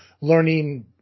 learning